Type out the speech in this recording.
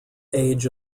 age